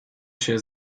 się